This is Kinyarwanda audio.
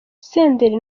senderi